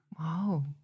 wow